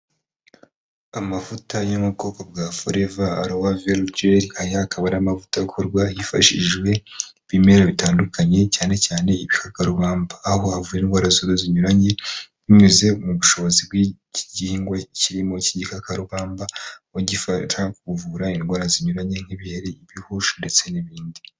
Amavuta yo mu bwoko bwa foreva alowe vera aya akaba ari amavuta akorwa hifashishijwe ibimera bitandukanye cyane cyane ibikarubamba aho avura indwara z'uruhu zinyuranye binyuze mu bushobozi bw'igihingwa kirimo, iki gikakarubamba bigufasha kuvura indwara zinyuranye nk'ibiheri ibihushi ndetse n'ibindi.